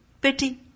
pity